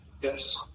Yes